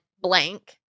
blank